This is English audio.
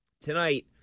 Tonight